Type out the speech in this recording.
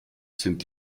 sind